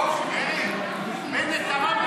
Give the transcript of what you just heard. ועדה.